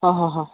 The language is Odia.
ହଁ ହଁ ହଁ